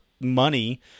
money